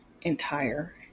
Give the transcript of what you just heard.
entire